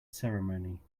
ceremony